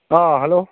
অঁ হেল্ল'